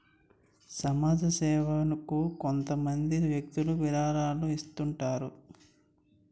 సమాజ సేవకు కొంతమంది వ్యక్తులు విరాళాలను ఇస్తుంటారు